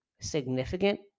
significant